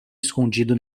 escondido